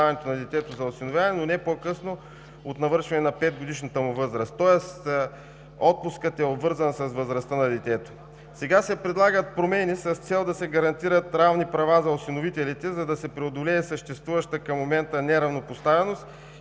Сега се предлагат промени с цел да се гарантират равни права за осиновителите, за да се преодолее съществуващата към момента неравнопоставеност